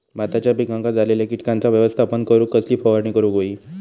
भाताच्या पिकांक झालेल्या किटकांचा व्यवस्थापन करूक कसली फवारणी करूक होई?